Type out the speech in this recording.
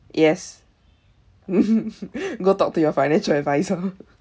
yes go talk to your financial adviser